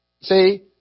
See